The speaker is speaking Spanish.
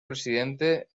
presidente